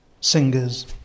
singers